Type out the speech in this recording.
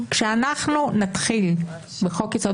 נלך על שני